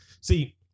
see